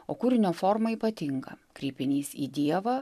o kūrinio forma ypatinga kreipinys į dievą